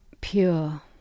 Pure